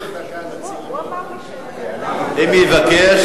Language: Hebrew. אם יבקש,